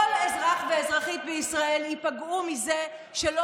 כל אזרח ואזרחית בישראל ייפגעו מזה שלא